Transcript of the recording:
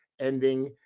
ending